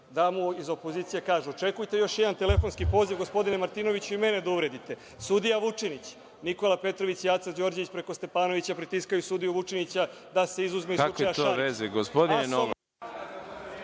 da mu iz opozicije kažu – očekujte još jedan telefonski poziv gospodine Martinoviću i mene da uvredite. Sudija Vučinić, Nikola Petrović i Aca Đorđević, preko Stepanovića pritiskaju sudiju Vučinića da se izuzme iz…